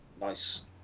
Nice